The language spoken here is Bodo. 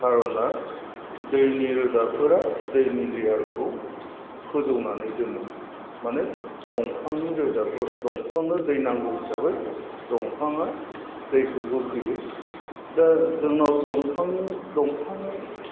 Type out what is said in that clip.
खार'ना दैनि रोदाफोरा दैनि लेयारखौ फोजौनानै दोनो माने दंफांनि रोदाफोर दंफांनो दै नांगौ हिसाबै दंफांआ दैखौ बोखोयो दा जोंनाव दंफांनि दंफांनि